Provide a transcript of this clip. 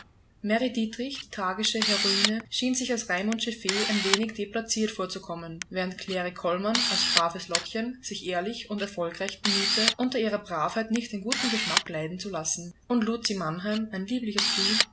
mary dietrich die tragische heroine schien sich als raimundsche fee ein wenig deplaciert vorzukommen während cläre kollmann als braves lottchen sich ehrlich und erfolgreich bemühte unter ihrer bravheit nicht den guten geschmack leiden zu lassen und lucie mannheim ein liebliches bild